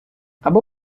або